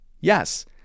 Yes